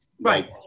right